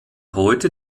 heute